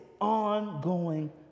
ongoing